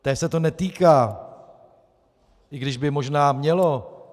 Té se to netýká, i když by možná mělo.